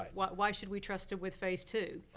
why why should we trust em with phase two.